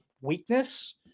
weakness